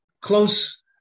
close